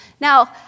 Now